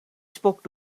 spoke